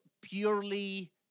purely